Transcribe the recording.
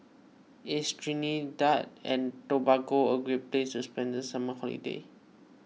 is Trinidad and Tobago a great place to spend the summer holiday